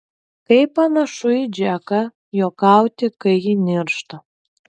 kaip panašu į džeką juokauti kai ji niršta